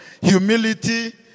Humility